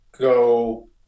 go